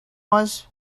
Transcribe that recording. was